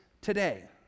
today